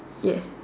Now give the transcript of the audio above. yes